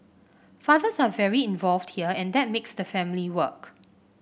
fathers are very involved here and that makes the family work